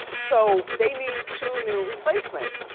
so, they need two new replacements.